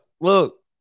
Look